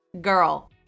Girl